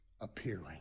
appearing